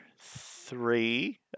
three